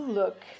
look